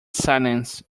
silence